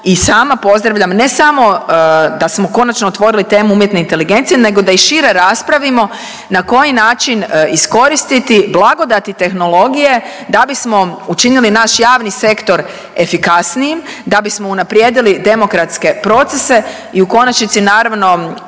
i sama pozdravljam ne samo da smo konačno otvorili temu umjetne inteligencije nego da i šire raspravimo na koji način iskoristiti blagodati tehnologije da bismo učinili naš javni sektor efikasnijim, da bismo unaprijedili demokratske procese i u konačnici naravno